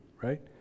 right